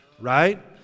right